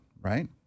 right